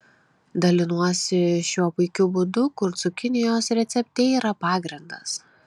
dalinuosi šiuo puikiu būdu kur cukinijos recepte yra pagrindas